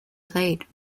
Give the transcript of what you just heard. played